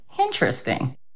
Interesting